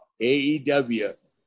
AEW